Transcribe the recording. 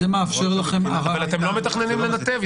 אתם לא מתכננים לנתב?